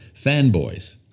fanboys